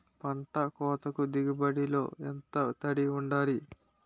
పంట కోతకు దిగుబడి లో ఎంత తడి వుండాలి?